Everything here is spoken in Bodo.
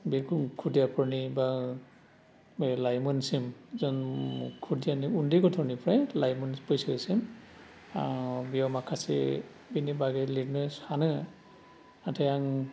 बेखौ खुदियाफोरनि बा लाइमोनसिम जों खुदियानि उन्दै गथ'निफ्राय लाइमोन बैसोसिम बेयाव माखासे बिनि बागै लिरनो सानो नाथाय आं